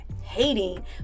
hating